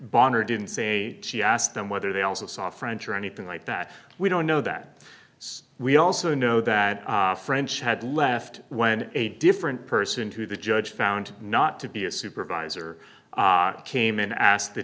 bonder didn't say she asked them whether they also saw french or anything like that we don't know that so we also know that french had left when a different person to the judge found not to be a supervisor came and asked the